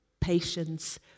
patience